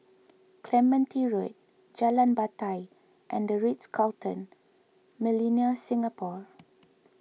Clementi Road Jalan Batai and the Ritz Carlton Millenia Singapore